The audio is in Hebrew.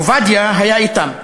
עובדיה היה אתם.